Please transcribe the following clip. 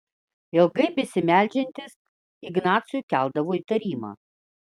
ilgai besimeldžiantys ignacui keldavo įtarimą